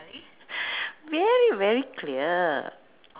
very very clear